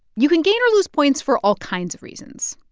you can gain or lose points for all kinds of reasons.